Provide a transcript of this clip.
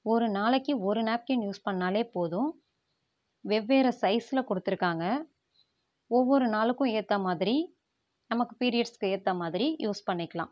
ஒரு நாளைக்கு ஒரு நாப்கின் யூஸ் பண்ணிணாலே போதும் வெவ்வேறு சைஸில் கொடுத்துருக்காங்க ஒவ்வொரு நாளுக்கும் ஏற்றமாதிரி நமக்கு பீரியட்ஸுக்கு ஏற்றமாதிரி யூஸ் பண்ணிக்கலாம்